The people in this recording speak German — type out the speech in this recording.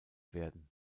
werden